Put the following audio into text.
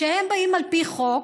הם באים על פי חוק,